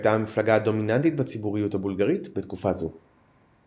שהייתה המפלגה הדומיננטית בציבוריות הבולגרית בתקופה זו.